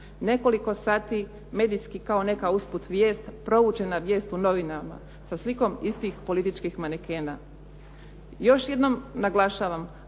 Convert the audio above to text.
Nekoliko sati, medijski kao neka usput vijest, provučena vijest u novinama sa slikom istih političkih manekena. Još jednom naglašavam,